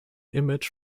image